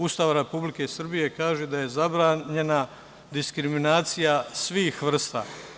Ustava Republike Srbije kaže da je zabranjena diskriminacija svih vrsta.